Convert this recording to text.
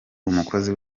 umukozi